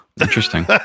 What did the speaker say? Interesting